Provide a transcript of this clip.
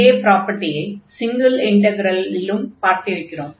இதே ப்ராப்பர்டியை சிங்கில் இன்டக்ரலிலும் பார்த்திருக்கிறோம்